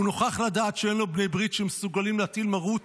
הוא נוכח לדעת שאין לו בני ברית שמסוגלים להטיל מרות